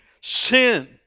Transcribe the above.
sin